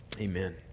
amen